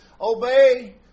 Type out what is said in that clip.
obey